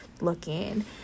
looking